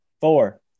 four